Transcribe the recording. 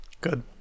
good